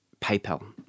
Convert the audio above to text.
PayPal